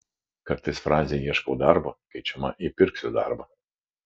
kartais frazė ieškau darbo keičiama į pirksiu darbą